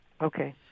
Okay